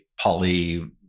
poly